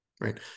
right